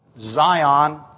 Zion